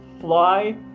fly